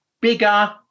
bigger